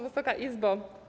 Wysoka Izbo!